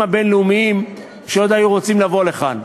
הבין-לאומיים שעוד היו רוצים לבוא לכאן.